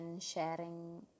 sharing